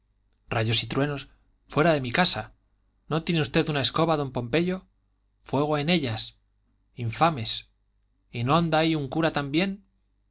rayos y truenos fuera de mi casa no tiene usted una escoba don pompeyo fuego en ellas infames y no anda ahí un cura también